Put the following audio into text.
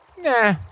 Nah